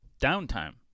downtime